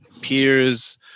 Peers